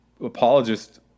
apologist